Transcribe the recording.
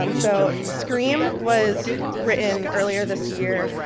um so, scream was written earlier this year